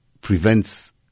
prevents